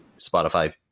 Spotify